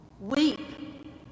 Weep